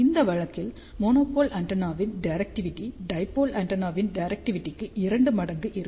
இந்த வழக்கில் மோனோபோல் ஆண்டெனாவின் டிரெக்டிவிடி டைபோல் ஆண்டெனாவின் டிரெக்டிவிடிக்கு இரண்டு மடங்கு இருக்கும்